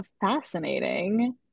fascinating